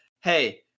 hey